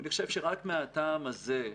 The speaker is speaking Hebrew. ואני חושב שרק מהטעם הזה,